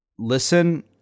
Listen